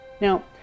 Now